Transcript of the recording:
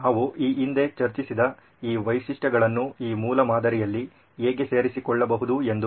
ನಾವು ಈ ಹಿಂದೆ ಚರ್ಚಿಸಿದ ಈ ವೈಶಿಷ್ಟ್ಯಗಳನ್ನು ಈ ಮೂಲಮಾದರಿಯಲ್ಲಿ ಹೇಗೆ ಸೇರಿಸಿಕೊಳ್ಳಬಹುದು ಎಂದು